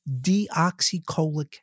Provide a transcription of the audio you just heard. deoxycholic